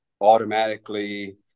automatically